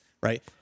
right